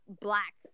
black